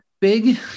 big